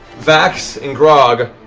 vax, and grog,